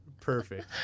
perfect